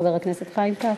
חבר הכנסת חיים כץ.